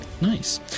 Nice